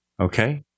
Okay